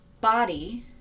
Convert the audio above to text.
body